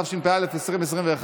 התשפ"א 2021,